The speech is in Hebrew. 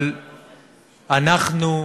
אבל אנחנו,